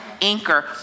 anchor